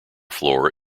floor